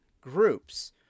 groups